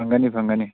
ꯐꯪꯒꯅꯤ ꯐꯪꯒꯅꯤ